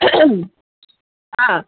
ꯑꯥ